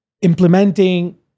implementing